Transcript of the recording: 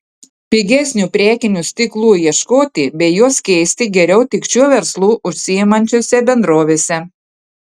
pigesnių priekinių stiklų ieškoti bei juos keisti geriau tik šiuo verslu užsiimančiose bendrovėse